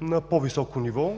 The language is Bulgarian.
на по-високо ниво